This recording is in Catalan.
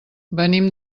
venim